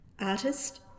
Artist